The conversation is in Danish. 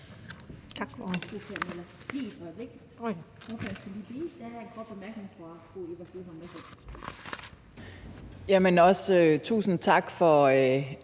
tusind tak for